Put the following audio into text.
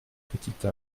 petite